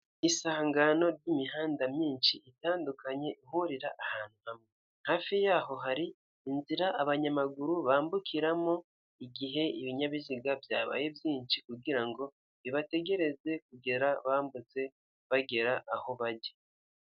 Umuhanda mwiza cyane kandi munini, amamodoka aragenda, ndetse n'abanyamaguru baragenda, n'iyo haba na nijoro. Kuko mu muhanda harimo amatara, kugeza abantu bageze iyo bajya. Ubu biroroshye, kuko na n'ijoro ugenda umurikiwe.